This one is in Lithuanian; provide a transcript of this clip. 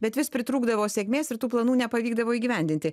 bet vis pritrūkdavo sėkmės ir tų planų nepavykdavo įgyvendinti